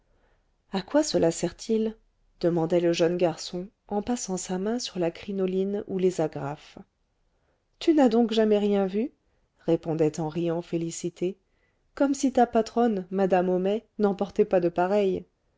à quoi cela sert-il demandait le jeune garçon en passant sa main sur la crinoline ou les agrafes tu n'as donc jamais rien vu répondait en riant félicité comme si ta patronne madame homais n'en portait pas de pareils